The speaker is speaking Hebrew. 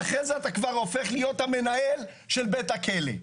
ואחרי זה אתה כבר הופך להיות המנהל של בית הכלא.